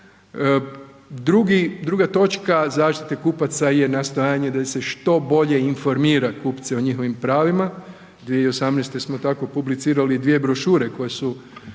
druga točka zaštite kupaca nastojanje da ih se što bolje informira kupce o njihovim pravima 2018. smo tako publicirali dvije brošure koje su